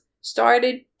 started